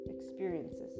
experiences